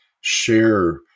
share